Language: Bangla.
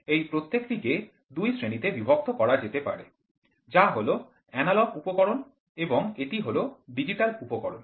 এই প্রত্যক্ষটিকে দুটি শ্রেণীতে বিভক্ত করা যেতে পারে যা হল এনালগ উপকরণ এবং এটি হল ডিজিটাল উপকরণ